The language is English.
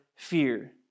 Fear